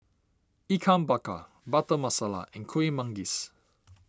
Ikan Bakar Butter Masala and Kuih Manggis